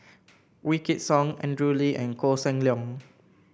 Wykidd Song Andrew Lee and Koh Seng Leong